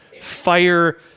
fire